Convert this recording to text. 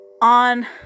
on